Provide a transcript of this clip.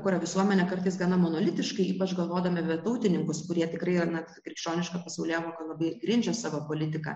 kuria visuomenė kartais gana monolitiška ypač galvodami apie tautininkus kurie tikrai na krikščioniška pasaulėvoka labai ir grindžia savo politiką